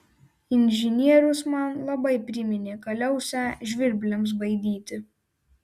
inžinierius man labai priminė kaliausę žvirbliams baidyti